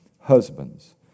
husbands